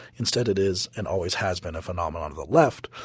instead it is and always has been a phenomenon of the left.